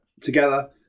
together